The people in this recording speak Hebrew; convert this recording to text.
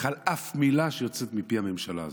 על אף מילה שיוצאת מפי הממשלה הזאת.